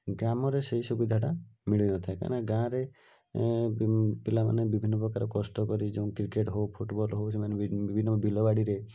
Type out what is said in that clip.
ଗ୍ରାମରେ ସେହି ସୁବିଧାଟା ମିଳି ନଥାଏ କାହିଁକିନା ଗାଁରେ ବି ପିଲାମାନେ ବିଭିନ୍ନପ୍ରକାର କଷ୍ଟ କରି ଯେଉଁ କ୍ରିକେଟ୍ ହେଉ ଫୁଟ୍ବଲ୍ ହେଉ ସେମାନେ ବି ବିଭନ୍ନ ବିଲ ବାଡିରେ